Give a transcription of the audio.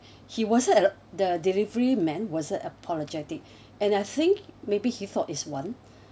he wasn't ap~ the delivery man wasn't apologetic and I think maybe he thought is one